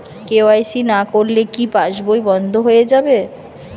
KYC না করলে কি পাশবই বন্ধ হয়ে যাবে?